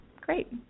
Great